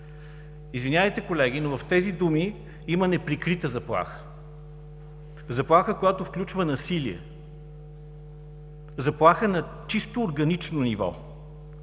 Извинявайте, колеги, но в тези думи има неприкрита заплаха – заплаха, която включва насилие, заплаха на чисто органично ниво.